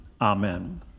Amen